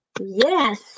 Yes